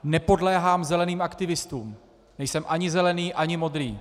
Nepodléhám zeleným aktivistům, nejsem ani zelený, ani modrý.